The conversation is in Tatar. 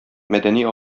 мәдәни